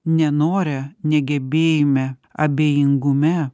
nenore negebėjime abejingume